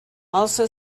also